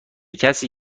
کسی